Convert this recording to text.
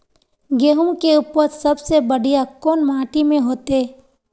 गेहूम के उपज सबसे बढ़िया कौन माटी में होते?